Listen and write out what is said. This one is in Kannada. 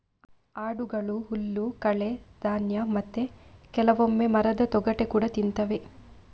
ಆಡುಗಳು ಹುಲ್ಲು, ಕಳೆ, ಧಾನ್ಯ ಮತ್ತೆ ಕೆಲವೊಮ್ಮೆ ಮರದ ತೊಗಟೆ ಕೂಡಾ ತಿಂತವೆ